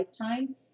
lifetime